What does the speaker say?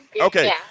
Okay